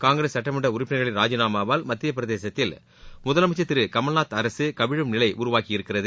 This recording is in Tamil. காங்கிரஸ் சட்டமன்ற உறுப்பினர்களின் ராஜினாமாவால் மத்தியபிரதேசத்தில் முதலமைச்சர் திரு கமல்நாத் அரசு கவிழும் நிலை உருவாகியிருக்கிறது